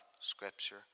scripture